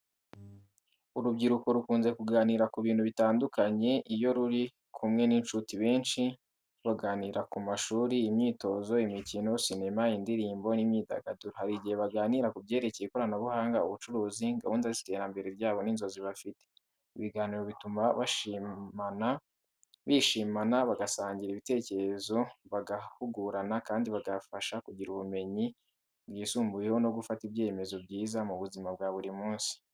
Urubyiruko rukunze kuganira ku bintu bitandukanye iyo ruri kumwe n’inshuti. Benshi baganira ku mashuri, imyitozo, imikino, sinema, indirimbo n’imyidagaduro. Hari n’igihe baganira ku byerekeye ikoranabuhanga, ubucuruzi, gahunda z’iterambere ryabo n’inzozi bafite. Ibi biganiro bituma bishimana, bagasangira ibitekerezo, bagahugurana kandi bikabafasha kugira ubumenyi bwisumbuye no gufata ibyemezo byiza mu buzima bwa buri munsi.